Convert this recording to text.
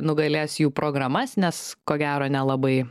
nugalės jų programas nes ko gero nelabai